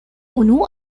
unua